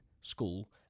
school